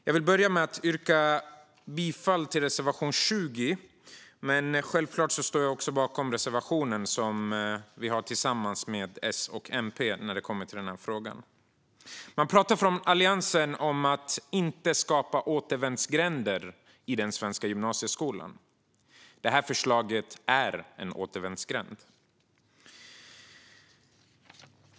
Jag vill börja med att yrka bifall till reservation 20, men jag står självklart bakom även den reservation vi har tillsammans med S och MP när det gäller denna fråga. Från Alliansens sida talar man om att inte skapa återvändsgränder i den svenska gymnasieskolan. Detta förslag är en återvändsgränd.